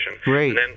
Great